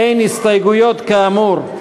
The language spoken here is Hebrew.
אין הסתייגויות, כאמור.